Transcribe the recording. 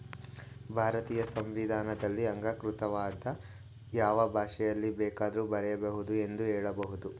ಭಾರತೀಯ ಸಂವಿಧಾನದಲ್ಲಿ ಅಂಗೀಕೃತವಾದ ಯಾವ ಭಾಷೆಯಲ್ಲಿ ಬೇಕಾದ್ರೂ ಬರೆಯ ಬಹುದು ಎಂದು ಹೇಳಬಹುದು